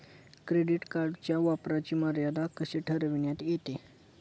Credit कार्डच्या वापराची मर्यादा कशी ठरविण्यात येते?